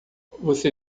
você